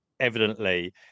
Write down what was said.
Evidently